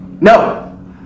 No